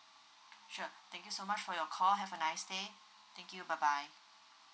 sure thank you so much for your call have a nice day thank you bye bye